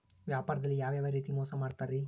ವ್ಯಾಪಾರದಲ್ಲಿ ಯಾವ್ಯಾವ ರೇತಿ ಮೋಸ ಮಾಡ್ತಾರ್ರಿ?